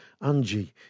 Angie